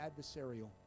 adversarial